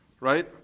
Right